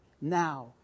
now